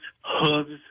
hooves